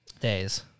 days